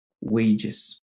wages